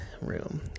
room